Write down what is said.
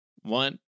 One